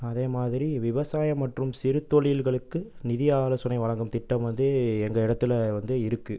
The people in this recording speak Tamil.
அதே மாதிரி விவசாயம் மற்றும் சிறுத்தொழில்களுக்கு நிதி ஆலோசனை வழங்கும் திட்டம் வந்து எங்கள் இடத்துல வந்து இருக்குது